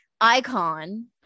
icon